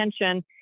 attention